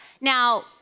Now